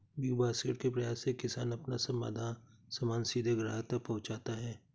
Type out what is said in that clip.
big basket के प्रयास से किसान अपना सामान सीधे ग्राहक तक पहुंचाता है